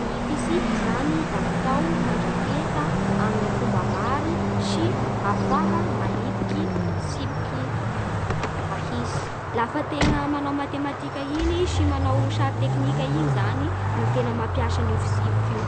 Ny fitsipiky zany da natao handrafeta amin'ny fomba ary sy afaha manipiky sipiky mahisy. Lafa tegna manao matematika iny sy sary teknika iny zany no tena mampiasa an'io fisipiky io.